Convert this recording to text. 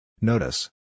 Notice